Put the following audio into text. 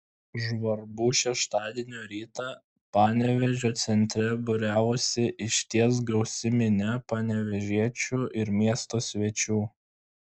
žvarbų šeštadienio rytą panevėžio centre būriavosi išties gausi minia panevėžiečių ir miesto svečių